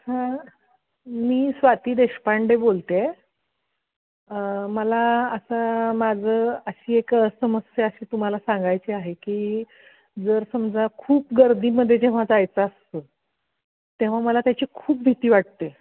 हां मी स्वाती देशपांडे बोलतेय मला असं माझं अशी एक समस्या अशी तुम्हाला सांगायची आहे की जर समजा खूप गर्दीमध्ये जेव्हा जायचं असतं तेव्हा मला त्याची खूप भीती वाटते